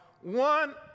one